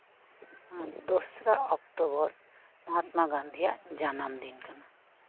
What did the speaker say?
ᱟᱨ ᱫᱚᱥᱨᱟ ᱚᱠᱴᱚᱵᱚᱨ ᱢᱚᱦᱟᱛᱢᱟ ᱜᱟᱱᱫᱷᱤᱭᱟᱜ ᱡᱟᱱᱟᱢ ᱫᱤᱱ ᱠᱟᱱᱟ